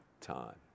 time